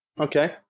okay